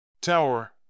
Tower